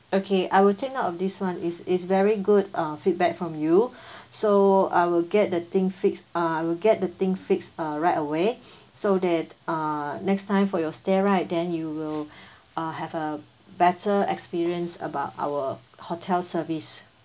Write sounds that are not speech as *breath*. okay I will take note of this [one] it's it's very good uh feedback from you *breath* so I will get the thing fixed uh I will get the thing fixed uh right away *breath* so that uh next time for your stay right then you will *breath* uh have a better experience about our hotel service